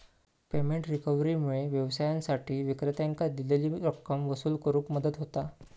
payment रिकव्हरीमुळा व्यवसायांसाठी विक्रेत्यांकां दिलेली रक्कम वसूल करुक मदत होता